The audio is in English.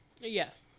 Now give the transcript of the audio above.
Yes